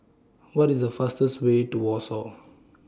What IS The fastest Way to Warsaw